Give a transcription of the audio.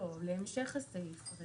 לא, להמשך הסעיף.